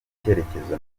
icyerekezo